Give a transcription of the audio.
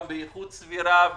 באיכות סבירה,